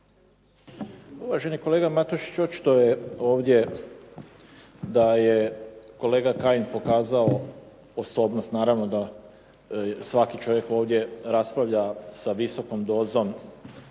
Uvaženi kolega Matušić očito je ovdje da je kolega Kajin pokazao osobnost. Naravno da svaki čovjek ovdje raspravlja sa visokom dozom